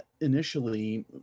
initially